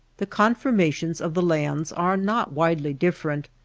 the conformations of the lands are not widely different,